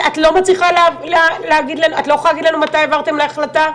את לא יכולה להגיד לנו מתי העברתם להחלטה?